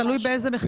תלוי באיזו מכירה.